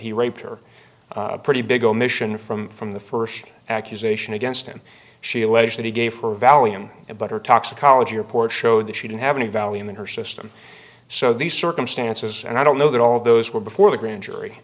he raped her pretty big omission from from the first accusation against him she alleged that he gave her a vallium and butter toxicology report showed that she didn't have any value in her system so these circumstances and i don't know that all those were before the grand jury